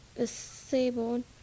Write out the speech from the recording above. disabled